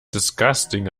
disgusting